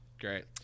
Great